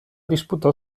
disputò